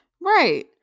Right